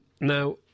Now